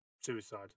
suicide